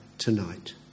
tonight